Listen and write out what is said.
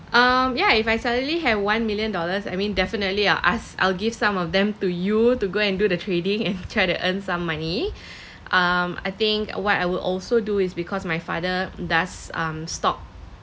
um yeah if I suddenly have one million dollars I mean definitely I'll ask I'll give some of them to you to go and do the trading and try to earn some money um I think what I will also do is because my father does um stock